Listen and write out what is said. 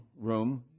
room